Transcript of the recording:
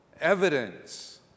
evidence